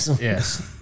Yes